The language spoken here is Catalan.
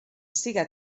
siga